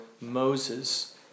Moses